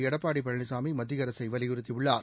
எடப்பாடி பழனிசாமி மத்திய அரசை வலியுறுத்தியுள்ளார்